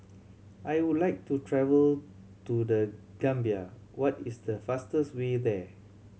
I would like to travel to The Gambia what is the fastest way there